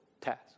task